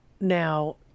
now